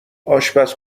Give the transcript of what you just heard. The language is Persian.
آشپز